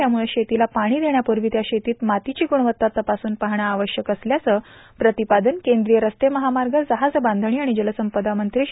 त्यामुळं शेतीला पाणी देण्यापूर्वी त्या शेतीती मातीची ग्रुणवत्ता तपासून पाहणं आवश्यक असल्याचं प्रतिपादन केंद्रीय रस्ते महामार्ग जहाजबांाधणी आणि जलसंपदा मंत्री श्री